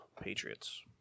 Patriots